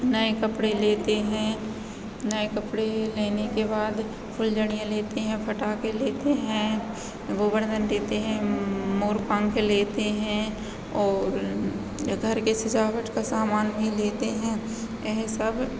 नए कपड़े लेते हैं नए कपड़े लेने के बाद फुलझड़ियाँ लेते हैं पटाखे लेते हैं गोवर्धन देते हैं मोरपंख लेते हैं और घर के सजावट का सामान भी लेते हैं यह सब